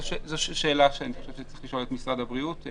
זאת שאלה שצריך לשאול את משרד הבריאות.